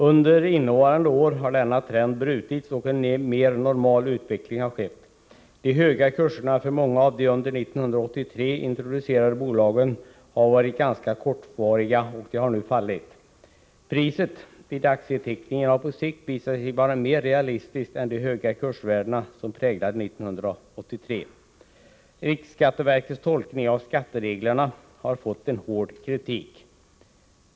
Under innevarande år har denna trend brutits, och en mer normal utveckling har skett. De höga kurserna för många av de under 1983 introducerade bolagen har varit ganska kortvariga, och de har nu fallit. Priset vid aktieteckningen har på sikt visat sig vara mer realistiskt än de höga kursvärdena som präglade 1983. Riksskatteverkets tolkning av skattereglerna har fått en hård kritik.